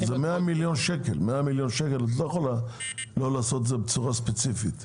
את לא יכולה להטיל 100 מיליון שקל לא בצורה ספציפית.